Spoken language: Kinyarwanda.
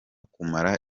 kumara